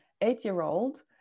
eight-year-old